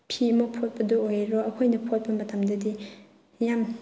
ꯐꯤꯃꯛ ꯐꯣꯠꯄꯗ ꯑꯣꯏꯔꯣ ꯑꯩꯈꯣꯏꯅ ꯐꯣꯠꯄ ꯃꯇꯝꯗꯗꯤ ꯌꯥꯝ